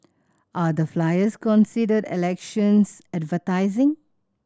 are the flyers considered elections advertising